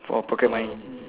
for pocket money